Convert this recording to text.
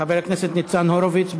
חבר הכנסת ניצן הורוביץ,